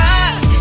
eyes